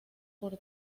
por